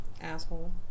Asshole